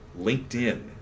LinkedIn